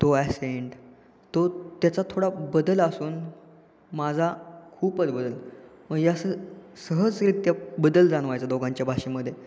तो ॲसेंट तो त्याचा थोडा बदल असून माझा खूपच बदल मग या सहजरित्या बदल जाणवायचा दोघांच्या भाषेमध्ये